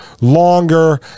longer